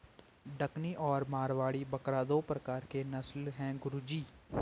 डकनी और मारवाड़ी बकरा दो प्रकार के नस्ल है गुरु जी